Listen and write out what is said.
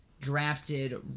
drafted